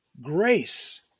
grace